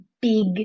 big